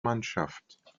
mannschaft